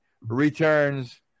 returns